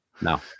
No